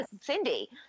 Cindy